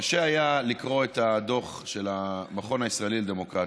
קשה היה לקרוא את הדוח של המכון הישראלי לדמוקרטיה,